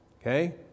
okay